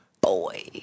Boy